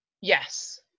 yes